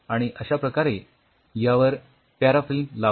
आणि अश्या याप्रकारे यावर पॅराफिल्म लावा